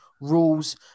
rules